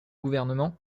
gouvernement